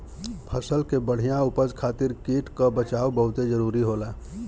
फसल के बढ़िया उपज खातिर कीट क बचाव बहुते जरूरी होला